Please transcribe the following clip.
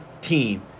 team